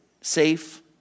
safe